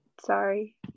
sorry